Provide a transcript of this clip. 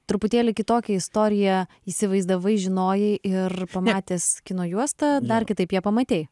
truputėlį kitokią istoriją įsivaizdavai žinojai ir pamatęs kino juostą dar kitaip ją pamatei